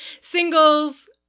singles